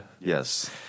Yes